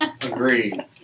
Agreed